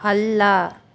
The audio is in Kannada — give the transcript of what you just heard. ಅಲ್ಲ